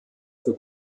für